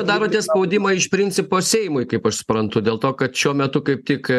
darote spaudimą iš principo seimui kaip aš suprantu dėl to kad šiuo metu kaip tik